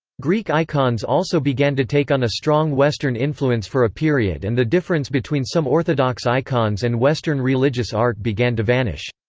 greek icons also began to take on a strong western influence for a period and the difference between some orthodox icons and western religious art began to vanish.